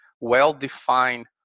well-defined